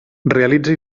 realitza